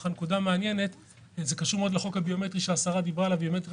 זה קשור לחוק ביומטרי לזרים,